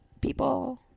People